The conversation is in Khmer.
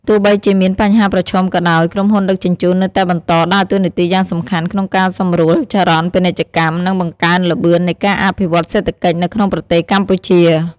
ទោះបីជាមានបញ្ហាប្រឈមក៏ដោយ ក្រុមហ៊ុនដឹកជញ្ជូននៅតែបន្តដើរតួនាទីយ៉ាងសំខាន់ក្នុងការសម្រួលចរន្តពាណិជ្ជកម្ម និងបង្កើនល្បឿននៃការអភិវឌ្ឍន៍សេដ្ឋកិច្ចនៅក្នុងប្រទេសកម្ពុជា។